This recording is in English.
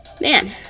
man